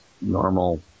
normal